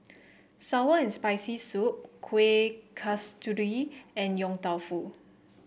sour and Spicy Soup Kueh Kasturi and Yong Tau Foo